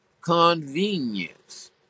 Convenience